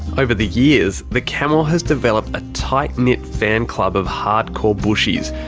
over the years the camel has developed a tight knit fan club of hard core bushies.